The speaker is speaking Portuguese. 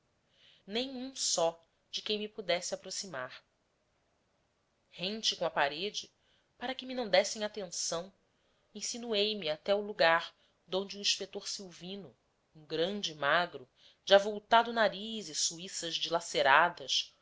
um só de quem me pudesse aproximar rente com a parede para que me não dessem atenção insinuei me até o lugar donde o inspetor silvino um grande magro de avultado nariz e suíças dilaceradas